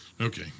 okay